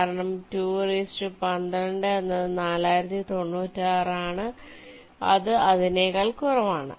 കാരണം 212 എന്നത് 4096 ആണ് അത് അതിനെക്കാൾ കുറവാണ്